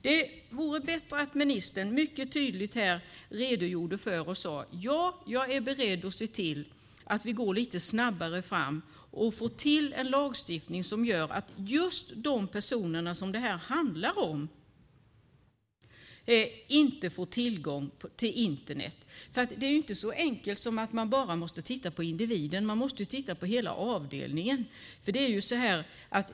Det vore bättre om ministern mycket tydligt sade: Ja, jag är beredd att se till att vi går lite snabbare fram och får till stånd en lagstiftning som gör att just de personer som det här handlar om inte får tillgång till Internet. Det är nämligen inte så enkelt som att man bara måste titta på individen. Man måste titta på hela avdelningen.